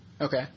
Okay